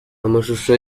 amashusho